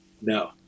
No